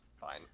Fine